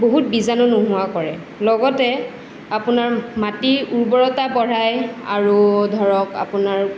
বহুত বীজাণু নোহোৱা কৰে লগতে আপোনাৰ মাটিৰ উৰ্বৰতা বঢ়াই আৰু ধৰক আপোনাৰ